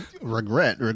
regret